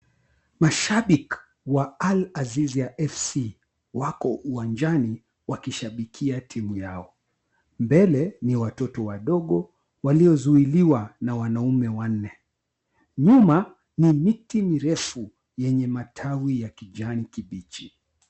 Mashabiki wa Al- Azizia FC wako uwanjani wakishabikia timu yao. Mbele ni watoto wadogo waliozuiliwa na wanaume wanne. Nyuma ni miti mirefu yenye matawi ya kijani kibichi.